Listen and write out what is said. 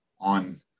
on